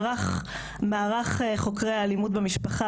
מערך חוקרי האלימות במשפחה,